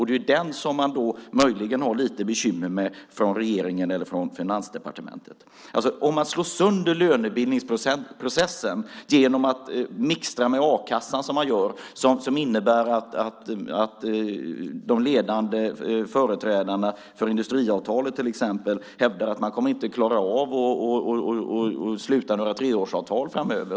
Det är ju den som regeringen eller Finansdepartementet möjligen har lite bekymmer med. Om man slår sönder lönebildningsprocessen genom att mixtra med a-kassan, som man gör, innebär det att de ledande företrädarna för industriavtalet, till exempel, hävdar att de inte kommer att klara av att sluta några treårsavtal framöver.